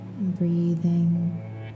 Breathing